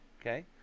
Okay